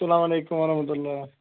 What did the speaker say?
اَسَلام علیکُم وَرحمتُہ اللہ